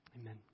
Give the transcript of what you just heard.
Amen